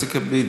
אז תקבלי.